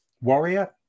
warrior